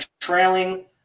trailing